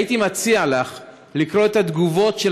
הייתי מציע לך לקרוא את התגובות של